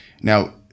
now